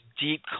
deep